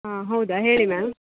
ಹಾಂ ಹೌದಾ ಹೇಳಿ ಮ್ಯಾಮ್